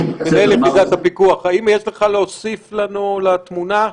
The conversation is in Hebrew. האם יש לך להוסיף לתמונה?